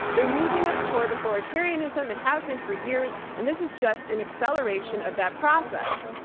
they're moving us toward authoritarianism, and have been for years, and this is just an acceleration of that process.